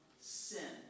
sin